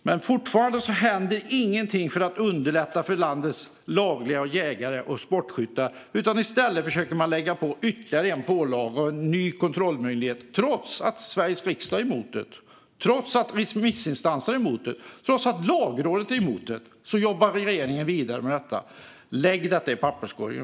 Men fortfarande händer ingenting för att underlätta för landets lagliga jägare och sportskyttar. I stället försöker man lägga på ytterligare en pålaga och en ny kontrollmöjlighet. Trots att Sveriges riksdag är emot det och trots att remissinstanserna är emot det och trots att Lagrådet är emot det jobbar regeringen vidare med detta. Lägg detta i papperskorgen!